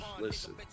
Listen